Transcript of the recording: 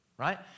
right